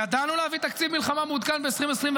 ידענו להביא תקציב מלחמה מעודכן ב-2024,